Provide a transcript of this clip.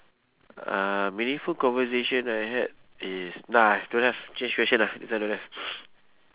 uh meaningful conversation I had is nah I don't have change question ah this one don't have